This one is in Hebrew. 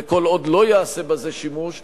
וכל עוד לא ייעשה בזה שימוש,